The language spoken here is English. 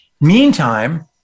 Meantime